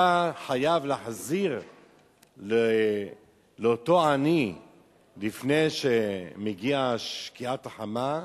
אתה חייב להחזיר לאותו עני לפני שקיעת החמה,